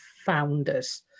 founders